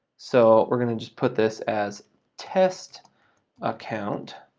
so, we're gonna just put this as test account,